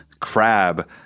crab